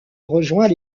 rejoint